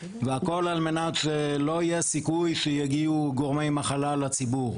והכול על מנת שלא יהיה סיכוי שיגיעו גורמי מחלה לציבור.